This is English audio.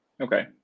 Okay